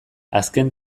azken